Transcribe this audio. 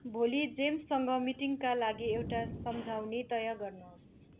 भोलि जेम्ससँग मिटिङका लागि एउटा सम्झाउनी तय गर्नुहोस्